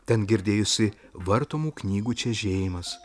ten girdėjosi vartomų knygų čežėjimas